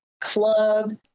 club